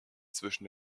zwischen